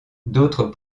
d’autres